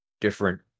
different